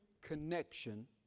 connection